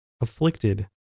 afflicted